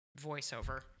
voiceover